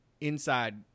inside